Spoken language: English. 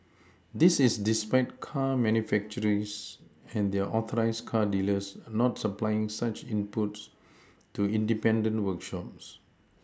this is despite car manufacturers and their authorised car dealers not supplying such inputs to independent workshops